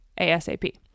ASAP